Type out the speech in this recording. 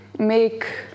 Make